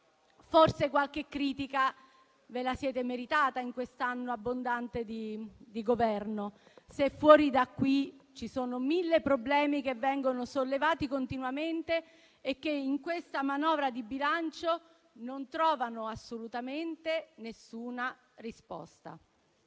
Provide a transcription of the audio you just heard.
Forse qualche critica ve la siete meritata in quest'anno abbondante di Governo, se fuori da qui mille problemi vengono sollevati continuamente e in questa manovra di bilancio non trovano assolutamente alcuna risposta.